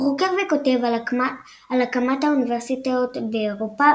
הוא חוקר וכותב על הקמת האוניברסיטאות באירופה,